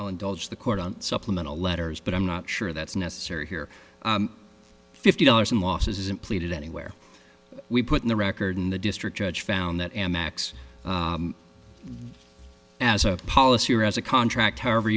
f the court on supplemental letters but i'm not sure that's necessary here fifty dollars in losses isn't pleaded anywhere we put in the record in the district judge found that amex as a policy or as a contract however